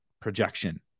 projection